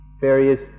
various